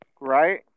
Right